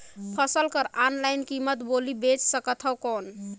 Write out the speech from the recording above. फसल कर ऑनलाइन कीमत बोली बेच सकथव कौन?